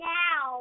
now